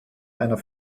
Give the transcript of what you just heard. einer